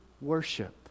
worship